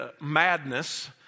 madness